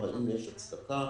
אם יש הצדקה